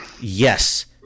yes